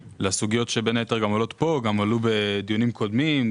לסוגיות שבין היתר גם עולות כאן וגם עלו בדיונים קודמים,